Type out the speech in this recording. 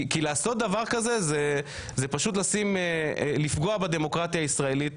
כי לעשות דבר כזה זה פשוט לשים לפגוע בדמוקרטיה הישראלית,